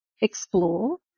explore